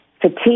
fatigue